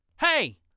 Hey